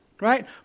right